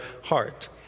heart